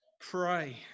pray